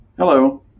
Hello